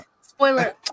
spoiler